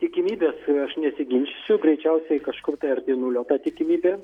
tikimybės aš nesiginčysiu greičiausiai kažkur tai arti nulio ta tikimybė